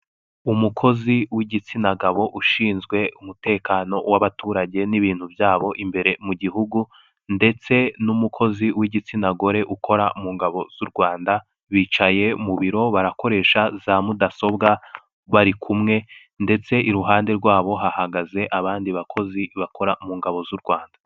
Ibi ni ibiro by'ivunjisha kandi bitanga amafaranga biha agaciro k'abantu bazanye nimba amadolari bayajyana mu banyarwanda icyamuyarwanda bashaka amadolari kandi tukabona n'icyapa cyanditseho banki ya Kigali ubwo byemekana ko muri iyo nyubako harimo n ishami rya banki ya kigali kandi hariho na nimero wahamagara iyo nzu y'ivunjisha mu gihe ubabuze.